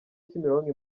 kimironko